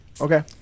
Okay